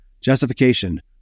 Justification